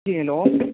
جی hello